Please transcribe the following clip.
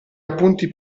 appunti